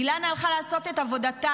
אילנה הלכה לעשות את עבודתה,